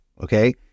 Okay